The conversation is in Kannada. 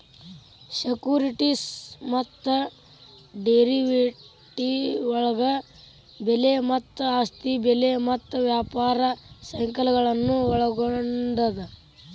ಸೆಕ್ಯುರಿಟೇಸ್ ಮತ್ತ ಡೆರಿವೇಟಿವ್ಗಳ ಬೆಲೆ ಮತ್ತ ಆಸ್ತಿ ಬೆಲೆ ಮತ್ತ ವ್ಯಾಪಾರ ಸೈಕಲ್ಗಳನ್ನ ಒಳ್ಗೊಂಡದ